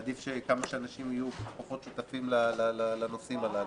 עדיף שכמה שפחות אנשים יהיו שותפים לנושאים הללו.